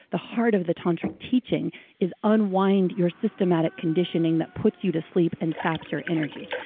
the heart of the tantric teaching is unwind your systematic conditioning that puts you to sleep and zaps your energy.